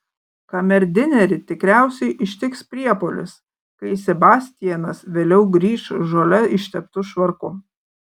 kamerdinerį tikriausiai ištiks priepuolis kai sebastianas vėliau grįš žole išteptu švarku